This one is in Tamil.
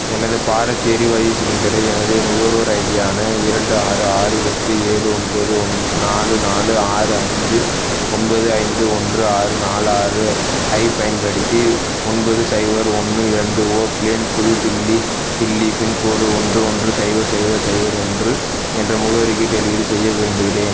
எனது பாரத் எரிவாயு சிலிண்டரை எனது நுகர்வோர் ஐடியான இரண்டு ஆறு ஆறு எட்டு ஏழு ஒன்பது ஒன் நாலு நாலு ஆறு ஐந்து ஒன்பது ஐந்து ஒன்று ஆறு நாலு ஆறு ஐப் பயன்படுத்தி ஒன்பது சைபர் ஒன்று இரண்டு ஓக் லேன் புது தில்லி தில்லி பின்கோடு ஒன்று ஒன்று சைபர் சைபர் சைபர் ஒன்று என்ற முகவரிக்கு டெலிவரி செய்ய விரும்புகிறேன்